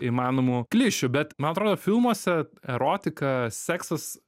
įmanomų klišių bet man atrodo filmuose erotika seksas